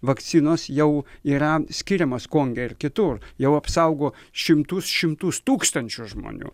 vakcinos jau yra skiriamos konge ir kitur jau apsaugo šimtus šimtus tūkstančių žmonių